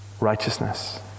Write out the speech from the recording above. Righteousness